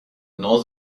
nor